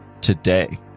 today